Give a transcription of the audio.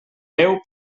veu